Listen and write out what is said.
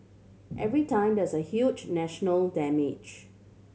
every time there is a huge national damage